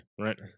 right